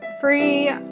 free